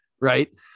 Right